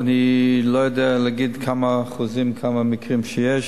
אני לא יודע להגיד כמה אחוזים וכמה מקרים יש,